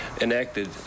enacted